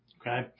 Okay